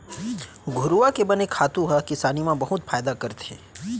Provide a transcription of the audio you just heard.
घुरूवा के बने खातू ह किसानी म बहुत फायदा करथे